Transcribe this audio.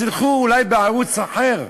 אז ילכו אולי בערוץ אחר,